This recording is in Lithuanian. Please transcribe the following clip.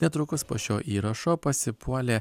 netrukus po šio įrašo pasipuolė